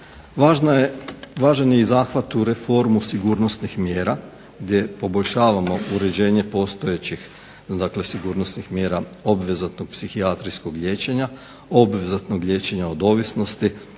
Važan je i zahvat u reformu sigurnosnih mjera gdje poboljšavamo uređenje postojećih dakle sigurnosnih mjera obvezatnog psihijatrijskog liječenja, obvezatnog liječenja od ovisnosti,